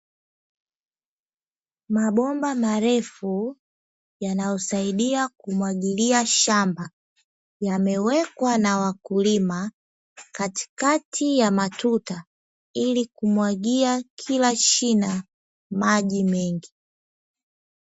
Mabomba marefu yanayosaidia kumwagilia shamba, yamewekwa na wakulima katikati ya matuta, ili kumwagia kila shina maji mengi.